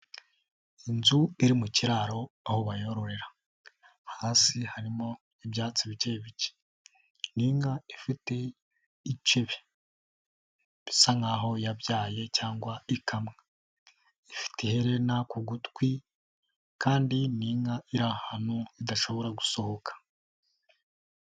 Inzu iri mu kiraro aho bayororera, hasi harimo ibyatsi bike bike, ni inka ifite icebe bisa nk'ho yabyaye cyangwa ikamwa, ifite iherena ku gutwi kandi ni inka iri ahantu idashobora gusohoka.